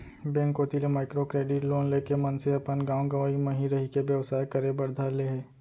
bank कोती ले micro credit loan लेके मनसे अपन गाँव गंवई म ही रहिके बेवसाय करे बर धर ले हे